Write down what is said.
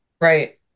Right